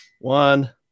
One